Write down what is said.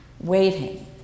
waiting